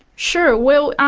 sure. well,